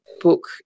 book